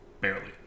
barely